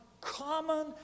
common